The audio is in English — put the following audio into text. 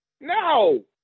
No